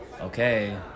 Okay